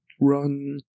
run